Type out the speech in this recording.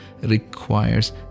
requires